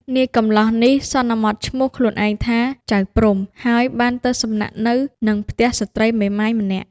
នាយកំលោះនេះ សន្មតឈ្មោះខ្លួនឯងថា ចៅព្រហ្ម ហើយបានទៅសំណាក់នៅនឹងផ្ទះស្ត្រីមេម៉ាយម្នាក់។